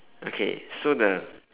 okay so the